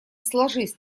сложись